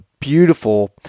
beautiful